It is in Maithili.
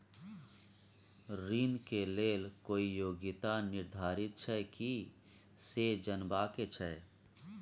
ऋण के लेल कोई योग्यता निर्धारित छै की से जनबा के छै?